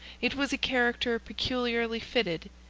it was a character peculiarly fitted,